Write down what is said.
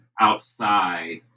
outside